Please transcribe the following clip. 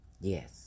Yes